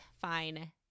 fine